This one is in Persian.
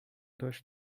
داشت